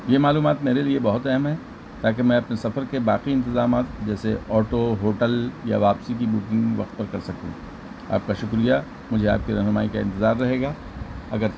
یہ معلومات میرے لیے بہت اہم ہے تاکہ میں اپنے سفر کے باقی انتظامات جیسے آٹو ہوٹل یا واپسی کی بکنگ وقت پر کر سکوں آپ کا شکریہ مجھے آپ کے رہنمائی کا انتظار رہے گا اگر